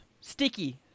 Sticky